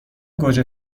گوجه